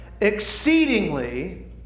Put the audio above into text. Exceedingly